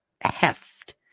heft